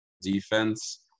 defense